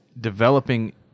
developing